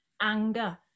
anger